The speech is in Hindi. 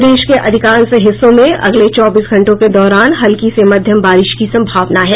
प्रदेश के अधिकांश हिस्सों में अगले चौबीस घंटों के दौरान हल्की से मध्यम बारिश की संभावना है